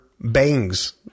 bangs